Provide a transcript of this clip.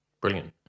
Brilliant